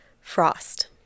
Frost